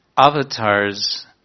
avatars